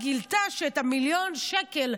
היא גילתה שמיליון שקל,